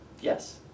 Yes